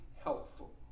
helpful